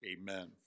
amen